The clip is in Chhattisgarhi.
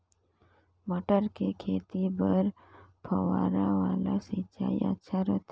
मटर के खेती बर फव्वारा वाला सिंचाई अच्छा रथे?